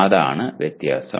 അതാണ് വ്യത്യാസം